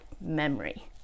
memory